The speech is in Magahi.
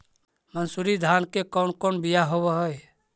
मनसूरी धान के कौन कौन बियाह होव हैं?